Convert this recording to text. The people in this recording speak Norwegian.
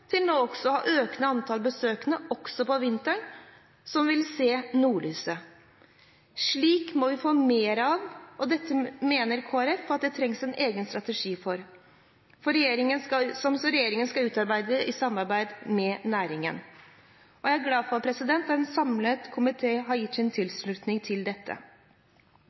til nå også på vinteren å ha økende antall besøkende, som vil se nordlyset. Slikt må vi få mer av, og dette mener Kristelig Folkeparti at det trengs en egen strategi for, som regjeringen skal utarbeide i samarbeid med næringen. Jeg er glad for at en samlet komité har gitt sin tilslutning til dette.